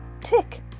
Tick